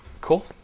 Cool